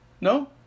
No